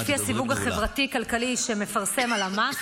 לפי הסיווג החברתי-כלכלי שמפרסמת הלמ"ס,